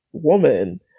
woman